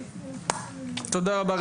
תודה רבה.